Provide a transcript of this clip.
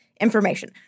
information